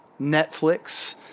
Netflix